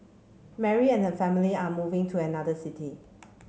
Mary and her family are moving to another city